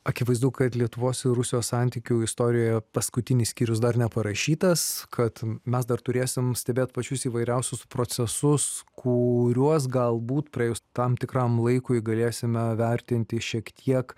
akivaizdu kad lietuvos ir rusijos santykių istorijoje paskutinis skyrius dar neparašytas kad mes dar turėsim stebėt pačius įvairiausius procesus kuriuos galbūt praėjus tam tikram laikui galėsime vertinti šiek tiek